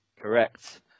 Correct